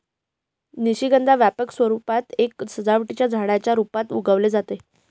निशिगंधा व्यापक स्वरूपात एका सजावटीच्या झाडाच्या रूपात उगवले जाते